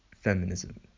feminism